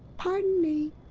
pardon me.